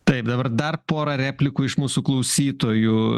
taip dabar dar porą replikų iš mūsų klausytojų